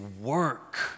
work